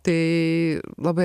tai labai